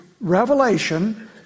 revelation